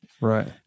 right